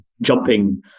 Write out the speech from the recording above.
jumping